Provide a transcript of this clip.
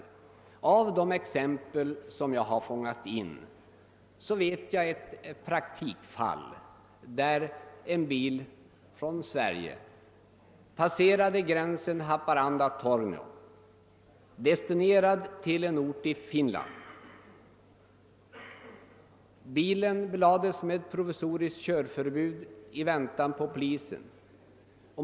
Bland de exempel som jag har samlat in finns ett fall som jag kan relatera. En bil från Sverige skulle passera gränsen till Finland vid Haparanda—Torneå destinerad till en ort i Finland. Bilen belades med provisoriskt körförbud i väntan på polisen.